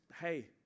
hey